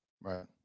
Right